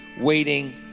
waiting